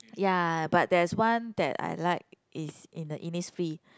ya but there's one that I like is in the Innisfree